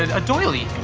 a doily!